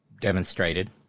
demonstrated